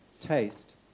Taste